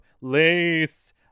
lace